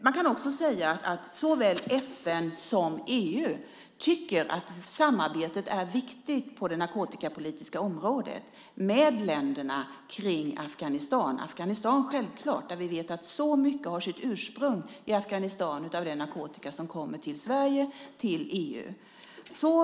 Man kan också säga att såväl FN som EU tycker att samarbetet är viktigt på det narkotikapolitiska området med länderna kring Afghanistan. Med Afghanistan är det självklart, där vi vet att så mycket av den narkotika som kommer till Sverige och till EU har sitt ursprung.